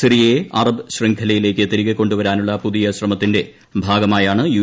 സിറിയയെ Arab ശൃംഖലയിലേക്ക് തിരികെ കൊണ്ടുവരാനുള്ള പുതിയ ശ്രമത്തിന്റെ ഭാഗമായാണ് യു